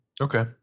Okay